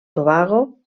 tobago